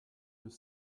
deux